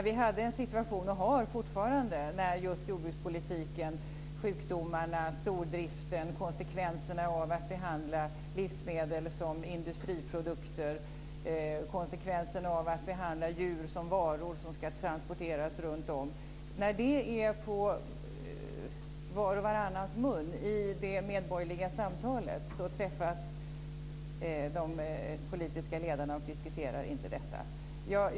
Vi har haft och har fortfarande en situation när jordbrukspolitiken, sjukdomarna, stordriften, konsekvenserna av att behandla livsmedel som industriprodukter och av att behandla djur som varor som ska transporteras långa vägar är i vars och varannans mun i det medborgerliga samtalet, men de politiska ledarna diskuterar inte detta när de träffas.